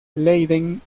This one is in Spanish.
leiden